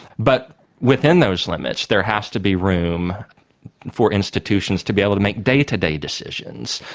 but within those limits there has to be room for institutions to be able to make day-to-day decisions,